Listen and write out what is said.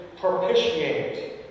propitiate